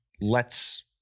lets